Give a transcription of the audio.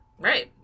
Right